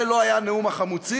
זה לא היה נאום החמוצים,